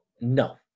No